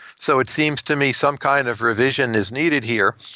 so it seems to me some kind of revision is needed here.